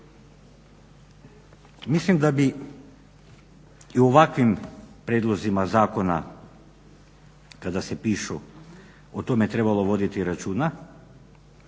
Mislim da bi i u ovakvim prijedlozima zakona kada se pišu o tome trebalo voditi računa